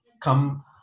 come